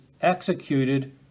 executed